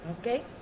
okay